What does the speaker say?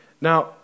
Now